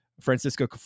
Francisco